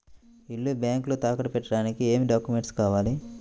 ఇల్లు బ్యాంకులో తాకట్టు పెట్టడానికి ఏమి డాక్యూమెంట్స్ కావాలి?